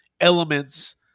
elements